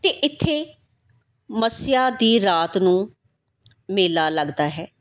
ਅਤੇ ਇੱਥੇ ਮੱਸਿਆ ਦੀ ਰਾਤ ਨੂੰ ਮੇਲਾ ਲੱਗਦਾ ਹੈ